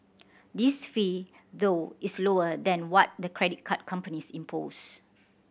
this fee though is lower than what the credit card companies impose